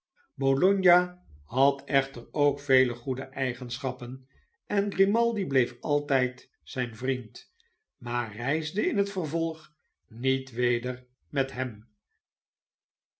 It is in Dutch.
bologna had echter ook vele goede eigenschappen en grimaldi bleef altijd zijn vriend maar reisde in het vervolg niet weder met hem